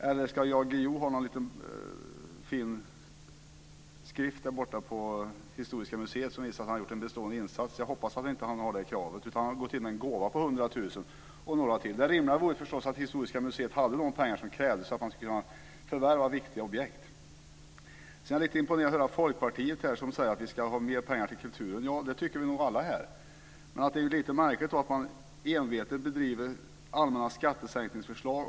Eller ska Jan Guillou ha någon liten skrift på Historiska museet som visar att han har gjort en bestående insats? Jag hoppas att han inte har det kravet utan att han har gått in med en gåva på 100 000 kr. Det rimliga vore förstås att Historiska museet hade de pengar som krävdes för att man skulle kunna förvärva viktiga objekt. Folkpartiet anser att vi ska mer pengar till kulturen. Ja, det tycker nog alla här. Men det är lite märkligt att man envetet för fram allmänna skattesänkningsförslag.